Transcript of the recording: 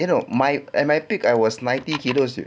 you know at my peak I was ninety kilos jer